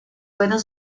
fueron